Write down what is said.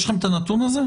יש לכם את הנתון הזה?